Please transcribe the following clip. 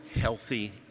healthy